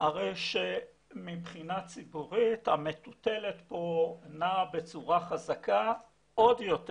הרי שמבחינה ציבורית המטוטלת כאן נעה בצורה חזקה עוד יותר.